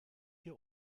hier